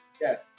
Yes